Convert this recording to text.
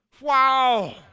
Wow